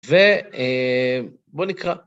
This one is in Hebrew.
ובוא נקרא...